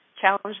challenge